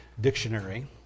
Dictionary